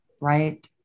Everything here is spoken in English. right